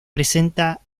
presenta